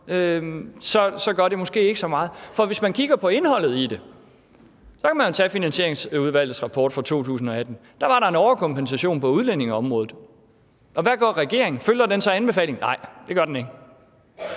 så gør det måske ikke så meget. For hvis man kigger på indholdet i det, kan man jo tage Finansieringsudvalgets rapport fra 2018. Der var der en overkompensation på udlændingeområdet. Og hvad gør regeringen? Følger den så anbefalingen? Nej, det gør den ikke.